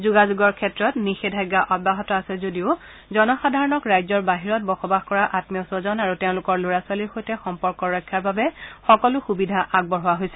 যোগাযোগৰ ক্ষেত্ৰত নিষেধাঞ্চা অব্যাহত আছে যদিও জনসাধাৰণক ৰাজ্যৰ বাহিৰত বসবাস কৰা আমীয় স্বজন আৰু তেওঁলোকৰ লৰা ছোৱালীৰ সৈতে সম্পৰ্ক ৰক্ষাৰ বাবে সকলো সুবিধা আগবঢ়োৱা হৈছে